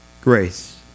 Grace